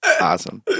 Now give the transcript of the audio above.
Awesome